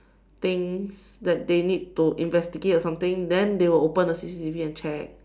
things that they need to investigate or something then they will open the C_C_T_V and check